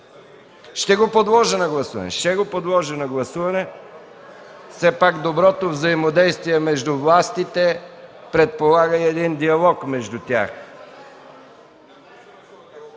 Ще го подложа на гласуване. Все пак доброто взаимодействие между властите предполага и един диалог между тях.